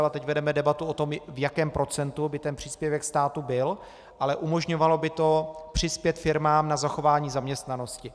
A teď vedeme debatu, v jakém procentu by ten příspěvek státu byl, ale umožňovalo by to přispět firmám na zachování zaměstnanosti.